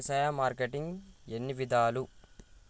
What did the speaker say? వ్యవసాయ మార్కెటింగ్ ఎన్ని విధాలు?